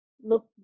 look